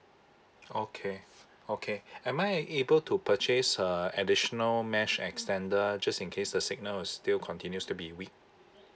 okay okay am I able to purchase uh additional mesh extender just in case the signal still continues to be weak